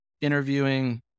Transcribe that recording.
interviewing